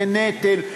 זה נטל,